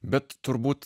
bet turbūt